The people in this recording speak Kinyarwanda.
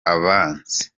abanzi